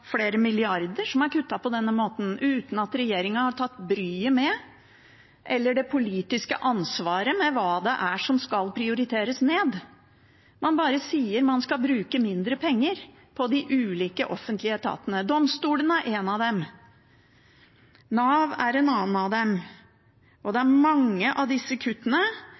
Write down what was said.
flere milliarder som er kuttet på denne måten, uten at regjeringen har tatt bryet med eller det politiske ansvaret for hva det er som skal prioriteres ned. Man bare sier at man skal bruke mindre penger på de ulike offentlige etatene. Domstolene er en av dem. Nav er en annen. Det er mange av disse kuttene